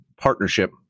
partnership